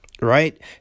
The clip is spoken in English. right